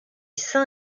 sain